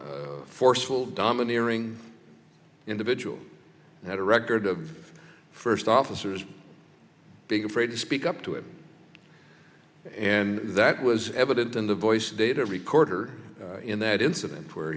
forceful domineering individual who had a record of first officers big afraid to speak up to him and that was evident in the voice data recorder in that incident where